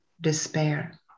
despair